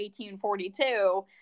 1842